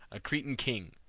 a cretan king.